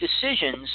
decisions